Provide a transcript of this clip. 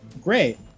great